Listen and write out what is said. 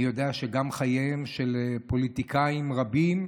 אני יודע שגם חייהם של פוליטיקאים רבים,